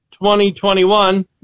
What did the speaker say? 2021